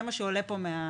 זה מה שעולה פה מהדיון.